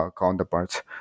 counterparts